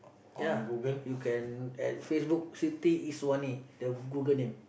ya you can at Facebook Siti Iswani the Google name